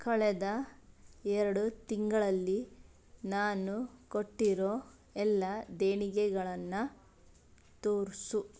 ಕಳೆದ ಎರಡು ತಿಂಗಳಲ್ಲಿ ನಾನು ಕೊಟ್ಟಿರೊ ಎಲ್ಲ ದೇಣಿಗೆಗಳನ್ನು ತೋರಿಸು